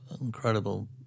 incredible